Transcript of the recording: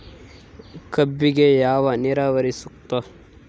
ಕಬ್ಬಿಗೆ ಯಾವ ನೇರಾವರಿ ಸೂಕ್ತ?